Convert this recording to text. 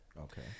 Okay